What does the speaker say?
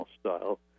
style